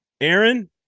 Aaron